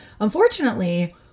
Unfortunately